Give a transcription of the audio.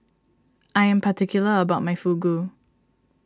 I am particular about my Fugu